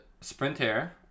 sprinter